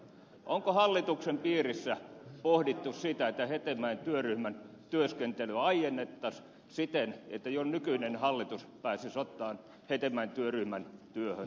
onko hallituksen piirissä pohdittu sitä että hetemäen työryhmän työskentelyä aiennettaisiin siten että jo nykyinen hallitus pääsisi ottamaan hetemäen työryhmän työhön kantaa